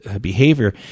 behavior